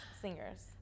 singers